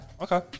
Okay